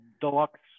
Deluxe